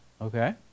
Okay